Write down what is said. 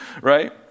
Right